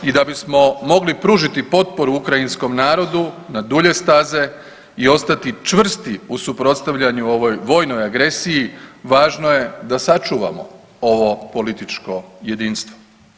I da bismo mogli pružiti potporu Ukrajinskom narodu na dulje staze i ostati čvrsti u suprotstavljanju ovoj vojnog agresiji važno je da sačuvamo ovo političko jedinstvo.